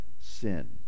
Sin